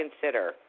consider